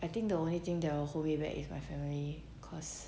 I think the only thing that will hold me back is my family cause